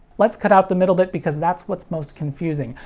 let's cut out the middle bit because that's what's most confusing.